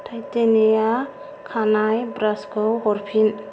titania खानाइ ब्रासखौ हरफिन